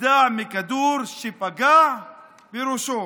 נגדע מכדור שפגע בראשו.